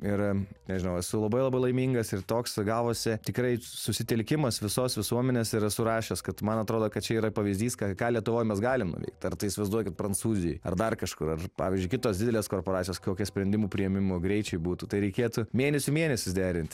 ir nežinau esu labai labai laimingas ir toks gavosi tikrai susitelkimas visos visuomenės ir esu rašęs kad man atrodo kad čia yra pavyzdys ką ką lietuvoj mes galim nuveikt ar tai įsivaizduokit prancūzijoj ar dar kažkur ar pavyzdžiui kitos didelės korporacijos kokie sprendimų priėmimo greičiai būtų tai reikėtų mėnesių mėnesius derint